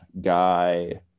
guy